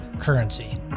currency